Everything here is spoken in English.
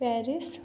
Paris